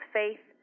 faith